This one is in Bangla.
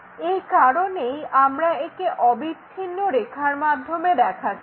এই কারণেই আমরা একে অবিচ্ছিন্ন রেখার মাধ্যমে দেখাচ্ছি